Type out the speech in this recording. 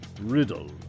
riddle